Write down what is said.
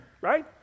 right